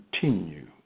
continue